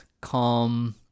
calm